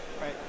right